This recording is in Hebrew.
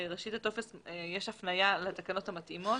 בראשית הטופס, יש הפניה לתקנות המתאימות.